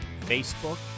Facebook